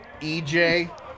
EJ